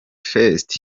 fest